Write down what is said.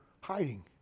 hiding